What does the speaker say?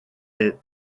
est